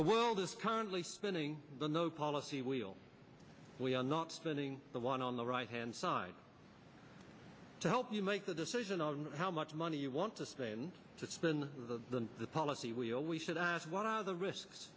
the world is currently spinning no policy we'll we are not spending the one on the right hand side to help you make the decision on how much money you want to stay in to spend the policy we owe we should ask what are the risks